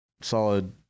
solid